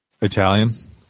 Italian